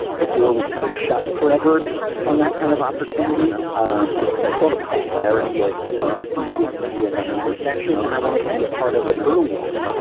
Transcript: the door would kind of shut forever on that kind of opportunity, um just because i saw the popularity of of food and media in that intersection, and i wanted to be a part of it early on.